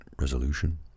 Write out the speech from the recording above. Resolution